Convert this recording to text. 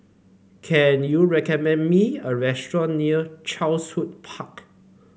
can you recommend me a restaurant near Chatsworth Park